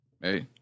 Hey